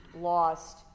lost